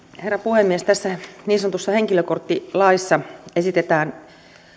herra puhemies tässä niin sanotussa henkilökorttilaissa esitetään